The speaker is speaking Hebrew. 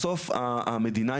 בסוף המדינה,